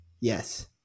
yes